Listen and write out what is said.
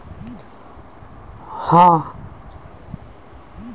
mortgage loan के लिए property गिरवी रखा जाता है